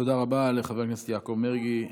תודה רבה לחבר הכנסת יעקב מרגי.